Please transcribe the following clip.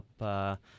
up